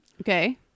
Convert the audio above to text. Okay